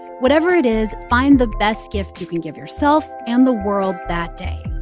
whatever it is, find the best gift you can give yourself and the world that day.